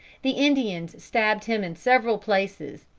the indians stabbed him in several places.